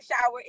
shower